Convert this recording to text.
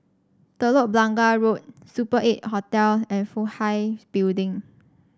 Telok Blangah Road Super Eight Hotel and Fook Hai Building